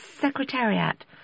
secretariat